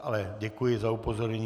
Ale děkuji za upozornění.